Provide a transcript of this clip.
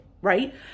right